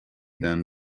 than